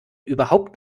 überhaupt